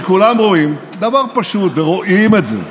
כי כולם רואים דבר פשוט, ורואים את זה: